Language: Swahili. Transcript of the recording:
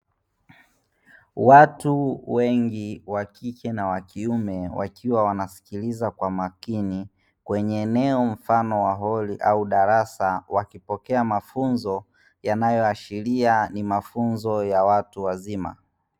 Watu wengi wakike na wakiume wakiwa wanasikiliza kwa makini kwenye eneo mfano wa holi au darasa, wakipokea mafunzo yanayoashiria ni mafunzo ya watu wazima.